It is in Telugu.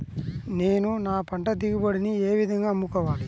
నేను నా పంట దిగుబడిని ఏ విధంగా అమ్ముకోవాలి?